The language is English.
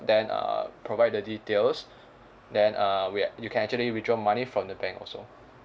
then uh provide the details then uh we at you can actually withdraw money from the bank also